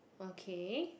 okay